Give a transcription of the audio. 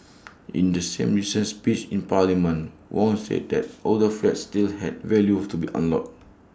in the same recent speech in parliament Wong said that older flats still had value to be unlocked